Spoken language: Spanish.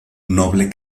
noble